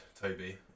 toby